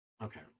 Okay